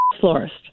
florist